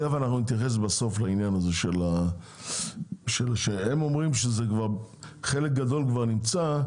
תיכף אנחנו נתייחס לעניין הזה שהם אומרים שחלק גדול כבר נמצא,